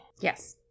Yes